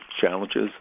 challenges